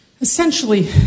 Essentially